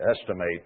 estimate